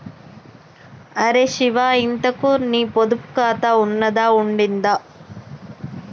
అరే శివా, ఇంతకూ నీ పొదుపు ఖాతా ఉన్నదా ఊడిందా